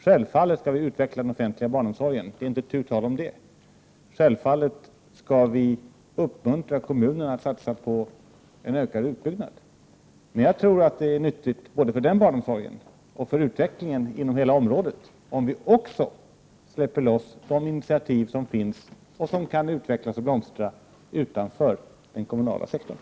Självfallet skall vi utveckla den offentliga barnomsorgen, det är inte tu tal om det, självfallet skall vi uppmuntra kommunerna att satsa på en ökad utbyggnad. Men jag tror att det är nyttigt både för den barnomsorgen och för utvecklingen inom hela området att också släppa loss de initiativ som finns och som kan utvecklas och blomstra utanför den kommunala sektorn.